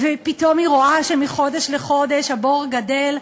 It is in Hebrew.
פתאום היא רואה שמחודש לחודש הבור גדֵל,